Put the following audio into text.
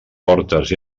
portes